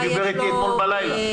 הוא דיבר אתי אתמול בלילה.